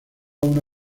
una